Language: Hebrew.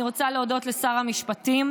אני רוצה להודות לשר המשפטים,